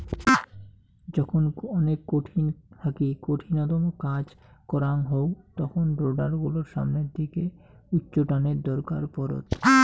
যখন অনেক কঠিন থাকি কঠিনতম কাজ করাং হউ তখন রোডার গুলোর সামনের দিকে উচ্চটানের দরকার পড়ত